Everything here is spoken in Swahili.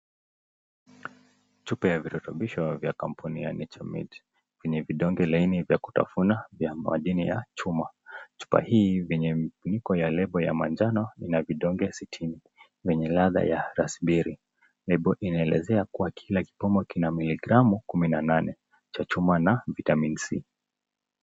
Chupa ya virutubisho vya kampuni ya NatureMade vyenye vidonge laini vya kutafuta vya madini ya chuma, chupa hii venye iko ya lebo ya manjano vina vidonge sitini yenye ladha ya raspberry, lebo inaelezea kwa kina kipimo ina miligramu kumi na nane, cha chuma na vitamin c.